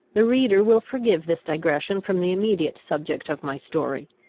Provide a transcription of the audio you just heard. the reader will forgive this digression from the immediate subject of my story.